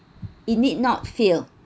it need not feel